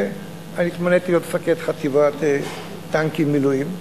התמניתי להיות מפקד חטיבת טנקים במילואים.